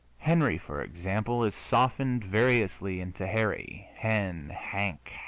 henry, for example, is softened variously into harry, hen, hank,